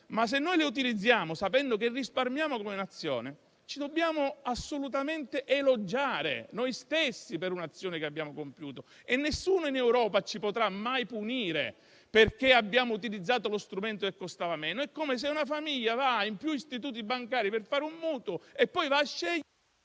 se invece le utilizziamo sapendo che risparmiamo come Nazione, dobbiamo assolutamente essere soddisfatti per un'azione che abbiamo compiuto e nessuno in Europa ci potrà mai punire perché abbiamo utilizzato lo strumento che costava meno. È come se una famiglia si reca in più istituti bancari per contrarre un mutuo e poi... *(Il